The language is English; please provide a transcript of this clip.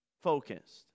focused